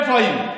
איפה היינו?